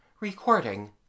Recording